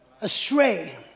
astray